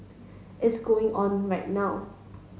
it's going on right now